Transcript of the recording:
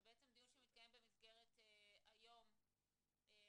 זה בעצם דיון שמתקיים במסגרת היום המיוחד